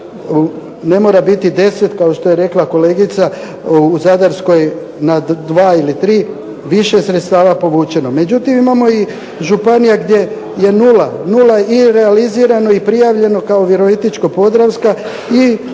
ne mora biti 10 kao što je rekla kolegica, u Zadarskoj na 2 ili 3 više je sredstava povučeno. Međutim, imamo i županija gdje je nula. Nula i realizirano i prijavljeno, kao Virovitičko-podravska.